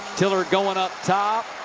tiller going up top.